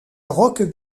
roque